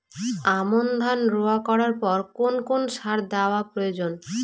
আমন ধান রোয়া করার পর কোন কোন সার দেওয়া প্রয়োজন?